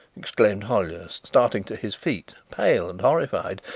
exclaimed hollyer, starting to his feet, pale and horrified.